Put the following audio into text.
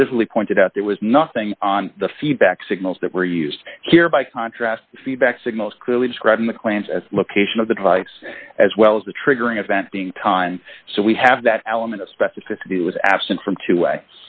specifically pointed out there was nothing on the feedback signals that were used here by contrast feedback signals clearly describing the klan's as location of the device as well as the triggering event being timed so we have that element of specificity was absent from two way